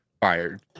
fired